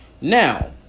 Now